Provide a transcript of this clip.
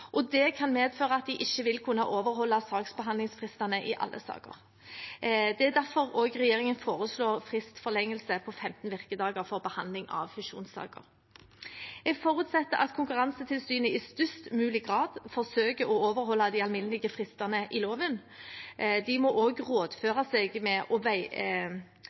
og det kan medføre at de ikke vil kunne overholde saksbehandlingsfristene i alle saker. Det er derfor regjeringen foreslår fristforlengelse på 15 virkedager for behandling av fusjonssaker. Jeg forutsetter at Konkurransetilsynet i størst mulig grad forsøker å overholde de alminnelige fristene i loven. De må også rådføre seg med og